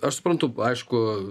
aš suprantu aišku